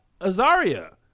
azaria